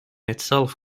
itself